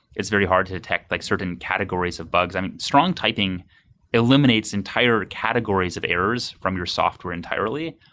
it's very hard to detect like certain categories of bugs. and strong typing illuminates entire categories of errors from your software entirely.